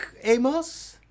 Amos